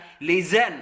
listen